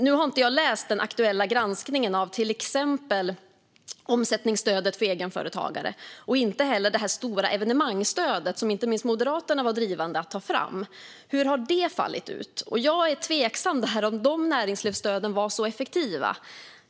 Nu har inte jag läst den aktuella granskningen av exempelvis omsättningsstödet för egenföretagare eller av det stora evenemangsstöd som inte minst Moderaterna var drivande i att ta fram. Hur har de fallit ut? Jag är tveksam till om dessa näringslivsstöd var så effektiva.